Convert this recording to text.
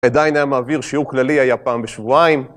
עדיין היה מעביר שיעור כללי היה פעם בשבועיים.